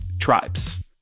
tribes